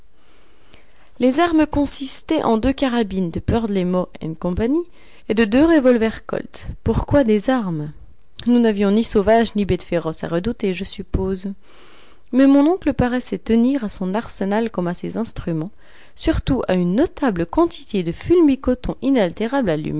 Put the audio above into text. les armes consistaient en deux carabines de purdley more et co et de deux revolvers colt pourquoi des armes nous n'avions ni sauvages ni bêtes féroces à redouter je suppose mais mon oncle paraissait tenir à son arsenal comme à ses instruments surtout à une notable quantité de fulmi coton inaltérable